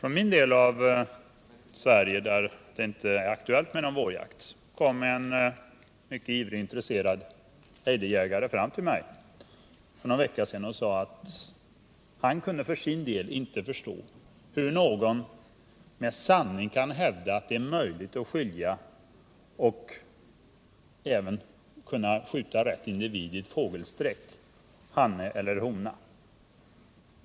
I min del av Sverige, där det inte är aktuellt med vårjakt, kom en mycket intresserad och ivrig ejderjägare fram till mig och sade att han inte för sin del kunde förstå hur någon med anspråk på att tala sanning kan hävda att det är möjligt att skilja ut och även skjuta rätt individ i ett fågelsträck — hane eller hona.